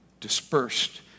dispersed